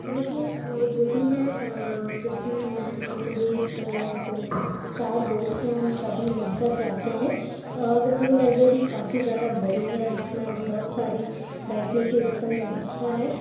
वह जो लाइब्रेरी है जिसमें मैं और मेरे जो दो चार दोस्त हैं हम सभी मिलकर जाते हैं और वह लाइब्रेरी काफ़ी ज़्यादा बड़ी है उसमें बहुत सारी बैठने की उत्तम व्यवस्था है